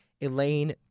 Elaine